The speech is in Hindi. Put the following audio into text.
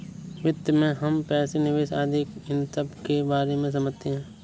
वित्त में हम पैसे, निवेश आदि इन सबके बारे में समझते हैं